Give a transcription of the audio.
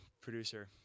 producer